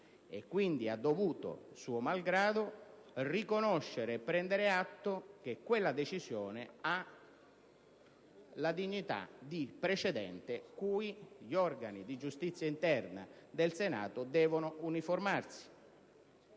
e quindi ha dovuto, suo malgrado, prendere atto che quella decisione ha la dignità di precedente cui gli organi di giustizia interna del Senato devono uniformarsi.